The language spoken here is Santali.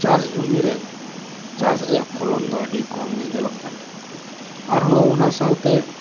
ᱪᱟᱥ ᱡᱚᱢᱤ ᱨᱮ ᱪᱟᱥ ᱨᱮᱭᱟᱜ ᱯᱷᱚᱞᱚᱱ ᱫᱚ ᱟᱹᱰᱤ ᱠᱚᱢᱜᱮ ᱧᱮᱞᱚᱜ ᱠᱟᱱᱟ ᱟᱨᱦᱚᱸ ᱚᱱᱟ ᱥᱟᱶᱛᱮ